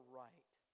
right